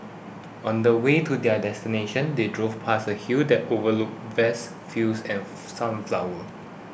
on the way to their destination they drove past a hill that overlooked vast fields and sunflowers